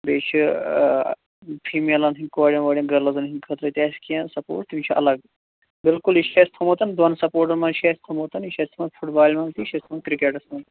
بیٚیہِ چھِ آ فِمیلَن ہِنٛدۍ کوریَن وورَیٚن گٔرلٕزَن ہٕنٛدِ خٲطرٕ تہِ اَسہِ کیٚنٛہہ سَپوٹ تِم چھِ اَلگ بِلُکل یہِ چھُ اَسہِ تھوٚومُت دۄن سَپوٹَن مَنٛز چھُ اَسہِ تھوٚومُت یہِ چھُ اَسہِ تھوٚومُت فُٹ بالہِ مَنٛز تہِ یہِ چھُ اَسہِ تھوٚومُت کِرکَٹس مَنٛز